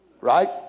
Right